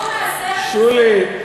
שולי,